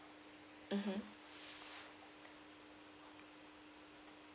mmhmm